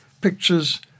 pictures